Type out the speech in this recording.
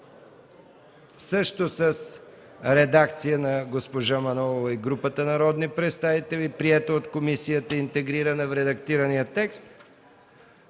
също с редакцията на госпожа Манолова и групата народни представители, прието от комисията, интегрирано в редактирания текст,